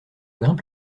grimpe